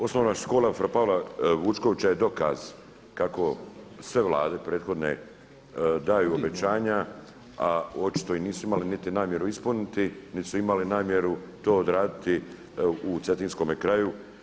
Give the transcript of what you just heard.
Osnovna škola fra Pavla Vučkovića je dokaz kako sve vlade prethodne daju obećanja, a očito i nisu imali niti namjeru ispuniti niti su imali namjeru to odraditi u cetinskome kraju.